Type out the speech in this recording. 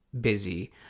busy